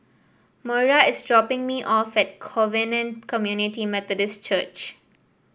Moira is dropping me off at Covenant Community Methodist Church